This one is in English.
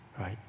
right